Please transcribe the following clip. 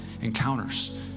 encounters